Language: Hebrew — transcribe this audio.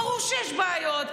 ברור שיש בעיות,